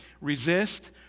Resist